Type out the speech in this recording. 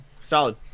Solid